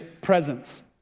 presence